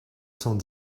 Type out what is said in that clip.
cent